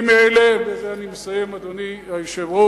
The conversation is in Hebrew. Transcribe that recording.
אני מאלה, ובזה אני מסיים, אדוני היושב-ראש,